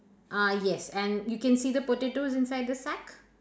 ah yes and you can see the potatoes inside the sack